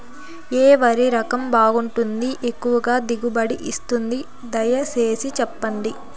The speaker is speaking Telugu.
ఏ వరి రకం బాగుంటుంది, ఎక్కువగా దిగుబడి ఇస్తుంది దయసేసి చెప్పండి?